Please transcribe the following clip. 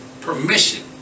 permission